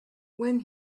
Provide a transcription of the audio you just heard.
when